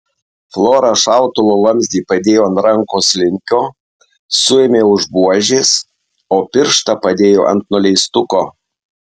flora šautuvo vamzdį padėjo ant rankos linkio suėmė už buožės o pirštą padėjo ant nuleistuko